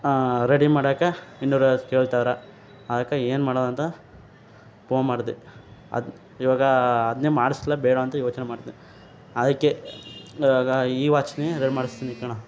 ಹಾಂ ರೆಡಿ ಮಾಡೋಕೆ ಇನ್ನೂರೈವತ್ತು ಕೇಳ್ತವ್ರೆ ಅದ್ಕೆ ಏನು ಮಾಡೊದು ಅಂತ ಪೋನ್ ಮಾಡಿದೆ ಅದು ಇವಾಗಾ ಅದನ್ನೆ ಮಾಡಿಸ್ಲ ಬೇಡ ಅಂತ ಯೋಚನೆ ಮಾಡ್ತಿನಿ ಅದಕ್ಕೆ ಇವಾಗ ಈ ವಾಚನ್ನೆ ರೆಡಿ ಮಾಡಿಸ್ತೀನಿ ಕಣ